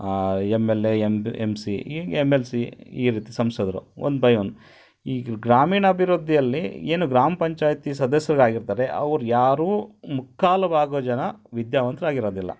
M L A M M C ಈಗ M L C ಈ ರೀತಿ ಸಂಸದರು ಒನ್ ಬೈ ಒನ್ ಈಗ ಗ್ರಾಮೀಣ ಅಭಿವೃದ್ಧಿಯಲ್ಲಿ ಏನು ಗ್ರಾಮ ಪಂಚಾಯಿತಿ ಸದಸ್ಯರಾಗಿರ್ತಾರೆ ಅವ್ರು ಯಾರೂ ಮುಕ್ಕಾಲು ಭಾಗ ಜನ ವಿದ್ಯಾವಂತ್ರಾಗಿರೋದಿಲ್ಲ